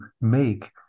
make